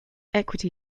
equity